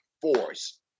force